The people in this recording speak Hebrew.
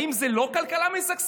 האם זה לא כלכלה משגשגת?